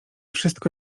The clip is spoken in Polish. wszystko